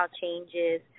changes